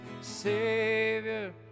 savior